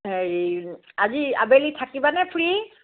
হেৰি আজি আবেলি থাকিবানে ফ্ৰী